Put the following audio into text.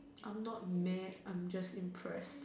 I'm not mad I'm just impressed